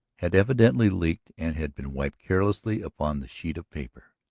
had evidently leaked and had been wiped carelessly upon the sheet of paper,